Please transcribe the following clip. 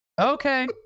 Okay